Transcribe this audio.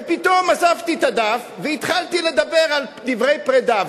ופתאום עזבתי את הדף והתחלתי לדבר דברי פרידה,